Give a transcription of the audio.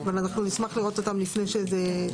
אנחנו נשמח לראות אותן לפני שזה עולה.